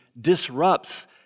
disrupts